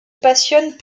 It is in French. passionnent